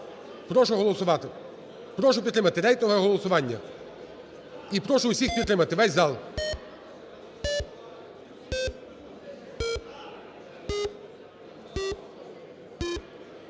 Прошу голосувати. Прошу підтримати рейтингове голосування. І прошу усіх підтримати, весь зал.